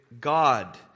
God